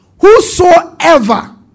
Whosoever